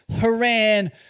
Haran